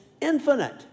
infinite